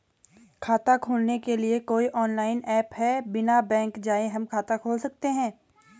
खाता खोलने के लिए कोई ऑनलाइन ऐप है बिना बैंक जाये हम खाता खोल सकते हैं?